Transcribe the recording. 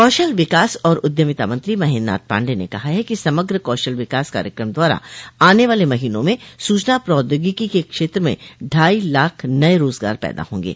कौशल विकास और उद्यमिता मंत्री महेन्द्र नाथ पांडेय ने कहा है कि समग्र कौशल विकास कार्यक्रम द्वारा आने वाले महीनों में सूचना प्रौद्योगिकी के क्षेत्र में ढाई लाख नए रोजगार पैदा होंगे